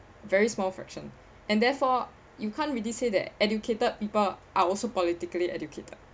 very small fraction and therefore you can't really say that educated people are also politically educated